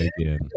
again